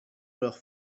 leurs